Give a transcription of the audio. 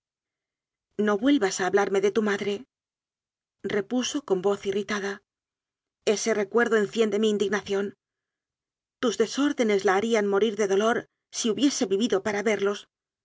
no vuelvas a hablarme de tu madrerepuso con voz irritada ese recuerdo enciende mi in dignación tus desórdenes la harían morir de dolor isi hubiese vivido para verlos